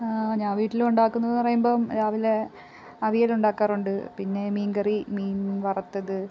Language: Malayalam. ഞാൻ വീട്ടിൽ ഉണ്ടാക്കുന്നത് എന്ന് പറയുമ്പോൾ രാവിലെ അവിയൽ ഉണ്ടാക്കാറുണ്ട് പിന്നെ മീൻകറി മീൻ വറുത്തത്